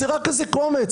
זה רק איזה קומץ.